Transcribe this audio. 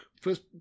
first